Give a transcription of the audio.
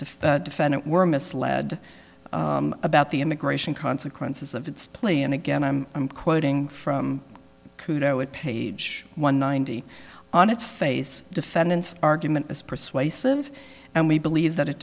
if the defendant were misled about the immigration consequences of its play and again i'm quoting from kudo it page one ninety on its face defendant's argument is persuasive and we believe that it